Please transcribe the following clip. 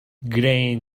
grain